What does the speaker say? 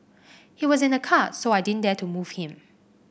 he was in a car so I didn't dare to move him